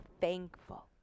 thankful